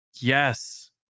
Yes